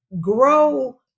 grow